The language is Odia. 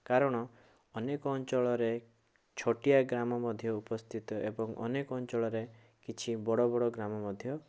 କାରଣ ଅନେକ ଅଞ୍ଚଳରେ ଛୋଟିଆ ଗ୍ରାମ ମଧ୍ୟ ଉପସ୍ଥିତ ଏବଂ ଅନେକ ଅଞ୍ଚଳରେ କିଛି ବଡ଼ବଡ଼ ଗ୍ରାମ ମଧ୍ୟ